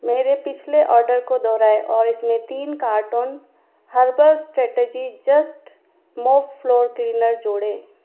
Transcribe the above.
मेरे पिछले आर्डर को दोहराएँ और इसमें तीन carton herbal strategy just mop floor cleaner जोड़ें